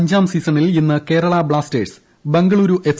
അഞ്ചാം സീസണിൽ ഇന്ന് കേരള ബ്ലാസ്റ്റേഴ്സ് ബംഗളൂരു എഫ്